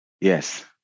Yes